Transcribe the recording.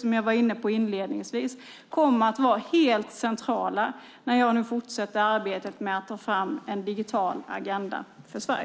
Som jag var inne på inledningsvis kommer flera av dessa frågeställningar att vara helt centrala när jag nu fortsätter arbetet med att ta fram en digital agenda för Sverige.